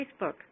Facebook